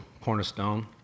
Cornerstone